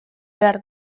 behar